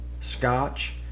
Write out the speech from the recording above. scotch